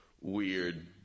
weird